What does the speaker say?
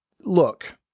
look